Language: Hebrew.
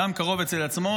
אדם קרוב אצל עצמו,